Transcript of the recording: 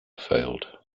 failed